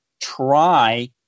try